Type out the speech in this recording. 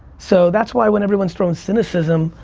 so that's why when everyone's throwing cynicism,